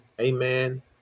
amen